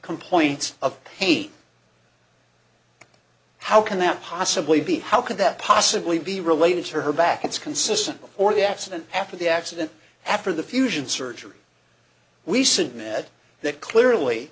complaint of pain how can that possibly be how could that possibly be related to her back it's consistent before the accident after the accident after the fusion surgery we submit that clearly